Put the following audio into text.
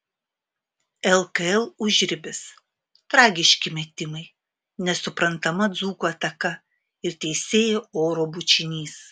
lkl užribis tragiški metimai nesuprantama dzūkų ataka ir teisėjo oro bučinys